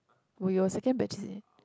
were your second batch is it